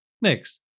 Next